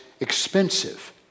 expensive